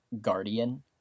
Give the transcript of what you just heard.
guardian